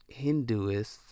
Hinduists